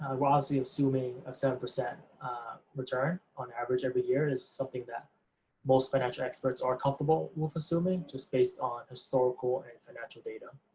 we're obviously assuming a seven percent return on average every year, it's something that most financial experts are comfortable with assuming, just based on historical and financial data. i